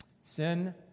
Sin